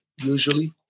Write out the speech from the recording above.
usually